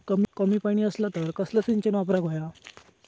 कमी पाणी असला तर कसला सिंचन वापराक होया?